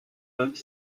peuvent